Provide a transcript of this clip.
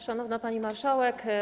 Szanowna Pani Marszałek!